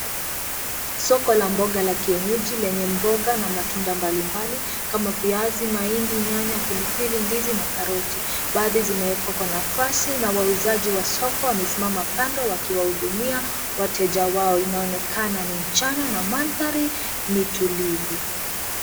Soko la mboga la kienyeji lenye mboga na matunda mbalimbali. Kkama viazi, mahindi, nyanya, pilipili, ndizi na karoti. Baadhi zinawekwa kwa nafasi na wauzaji wa soko wamesimama kando wakiwahudumia wateja wao. Inaonekana ni mchana na mandhari ni tulivu.